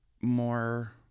more